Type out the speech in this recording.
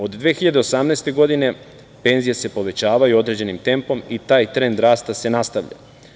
Od 2018. godine penzije se povećavaju određenim tempom i taj trend rasta se nastavlja.